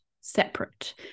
separate